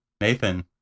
Nathan